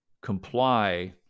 comply